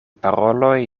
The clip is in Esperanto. paroloj